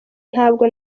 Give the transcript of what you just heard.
ntabwo